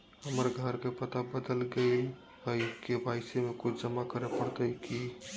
हमर घर के पता बदल गेलई हई, के.वाई.सी में कुछ जमा करे पड़तई की?